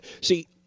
See